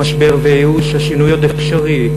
משבר וייאוש השינוי עוד אפשרי,